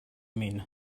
mean